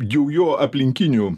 jau jo aplinkinių